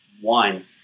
one